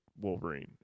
Wolverine